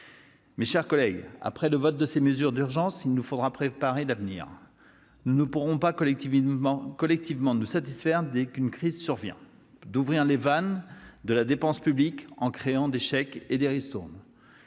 Mes chers collègues, après le vote de ces mesures d'urgence, il nous faudra préparer l'avenir. Nous ne pourrons pas collectivement nous satisfaire, dès qu'une crise survient, d'ouvrir les vannes de la dépense publique en créant des chèques et des ristournes.